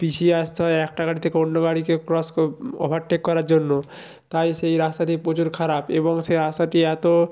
পিছিয়ে আসতে হয় একটা গাড়ি থেকে অন্য গাড়িতে ক্রস ওভারটেক করার জন্য তাই সেই রাস্তাটি প্রচুর খারাপ এবং সেই রাস্তাটি এত